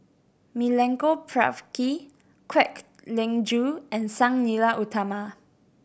Milenko Prvacki Kwek Leng Joo and Sang Nila Utama